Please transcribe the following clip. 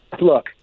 look